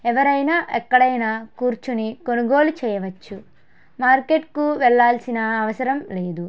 ఎవరైనా ఎక్కడైనా కూర్చోని కొనుగోలు చేయవచ్చు మార్కెట్కు వెళ్ళాల్సిన అవసరం లేదు